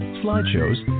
slideshows